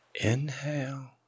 Inhale